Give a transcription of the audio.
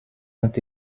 ont